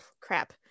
crap